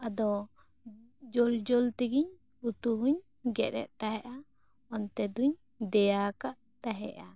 ᱟᱫᱚ ᱡᱩᱞᱼᱡᱩᱞ ᱛᱮᱜᱮᱧ ᱩᱛᱩ ᱦᱚᱹᱧ ᱜᱮᱫᱼᱮᱫ ᱛᱟᱦᱮᱸᱜᱼᱟ ᱚᱱᱛᱮ ᱫᱚᱹᱧ ᱫᱮᱭᱟ ᱟᱠᱟᱫ ᱛᱟᱦᱮᱸᱜᱼᱟ